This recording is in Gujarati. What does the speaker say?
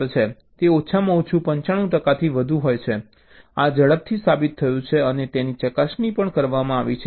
તે ઓછામાં ઓછું 95 ટકાથી વધુ છે આ ઝડપથી સાબિત થયું છે અને તેની ચકાસણી પણ કરવામાં આવી છે